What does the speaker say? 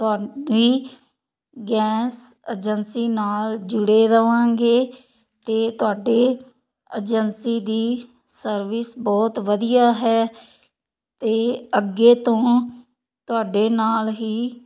ਤੁਹਾਡੀ gas agency ਨਾਲ ਜੁੜੇ ਰਵਾਂਗੇ ਤੇ ਤੁਹਾਡੇ ਏਜੰਸੀ ਦੀ ਸਰਵਿਸ ਬਹੁਤ ਵਧੀਆ ਹੈ ਤੇ ਅੱਗੇ ਤੋਂ ਤੁਹਾਡੇ ਨਾਲ ਹੀ